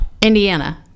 indiana